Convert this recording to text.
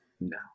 No